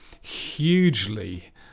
hugely